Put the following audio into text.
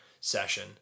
session